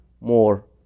more